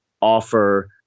offer